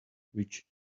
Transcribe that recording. which